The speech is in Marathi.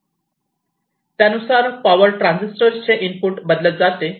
त्यानुसार पॉवर ट्रांजिस्टर चे इनपुट बदलत जाते